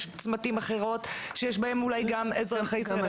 יש צמתים אחרות, שבהן אולי יש גם אזרחי ישראל.